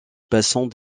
passant